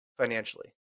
financially